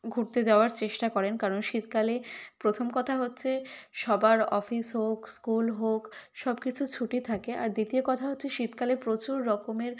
ঘুরতে যাওয়ার চেষ্টা করেন কারণ শীতকালে প্রথম কথা হচ্ছে সবার অফিস হোক স্কুল হোক সব কিছু ছুটি থাকে আর দ্বিতীয় কথা হচ্ছে শীতকালে প্রচুর রকমের